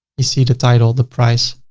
you see the title, the price,